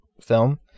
film